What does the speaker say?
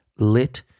lit